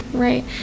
right